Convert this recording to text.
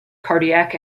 cardiac